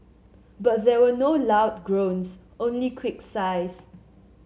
but there were no loud groans only quick sighs